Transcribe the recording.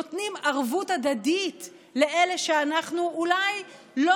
נותנים ערבות הדדית לאלה שאנחנו אולי לא